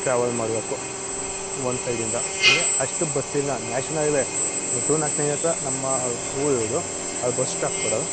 travel ಮಾಡಬೇಕು ಒಂದು ಸೈಡಿಂದ ಅಂದರೆ ಅಷ್ಟು ಬಸ್ಸಿಲ್ಲ national highway two naught nine ಹತ್ತಿರ ನಮ್ಮ ಊರು ಇರೋದು ಅಲ್ಲಿ ಬಸ್ ಸ್ಟಾಪ್ ಕೊಡೋಲ್ಲ